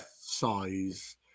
Size